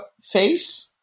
face